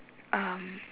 um